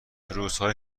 روزهای